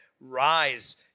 rise